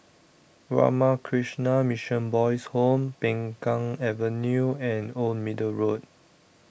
Ramakrishna Mission Boys' Home Peng Kang Avenue and Old Middle Road